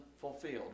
fulfilled